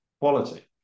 quality